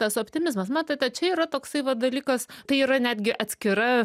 tas optimizmas matote čia yra toksai va dalykas tai yra netgi atskira